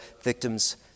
victims